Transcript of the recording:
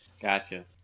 Gotcha